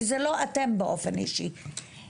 וזה לא אתם באופן אישי,